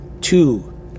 two